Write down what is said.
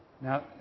Now